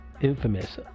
infamous